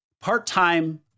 Part-time